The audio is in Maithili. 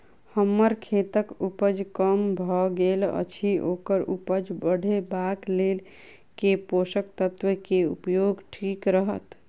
हम्मर खेतक उपज कम भऽ गेल अछि ओकर उपज बढ़ेबाक लेल केँ पोसक तत्व केँ उपयोग ठीक रहत?